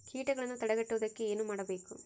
ಕೇಟಗಳನ್ನು ತಡೆಗಟ್ಟುವುದಕ್ಕೆ ಏನು ಮಾಡಬೇಕು?